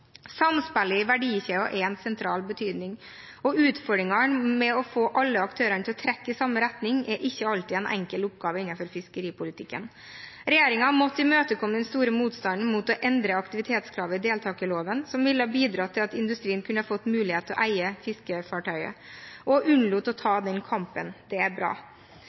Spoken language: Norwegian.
Samspillet i verdikjeden er en sentral betydning og utfordringene med å få alle aktørene til å trekke i samme retning er ikke alltid en enkel oppgave innenfor fiskeripolitikken. Regjeringen måtte imøtekomme den store motstanden mot å endre aktivitetskravet i deltakerloven, som ville bidratt til at industrien ville fått mulighet til å eie fiskefartøyet, og unnlot å ta den kampen – det er bra.